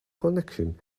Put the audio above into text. connection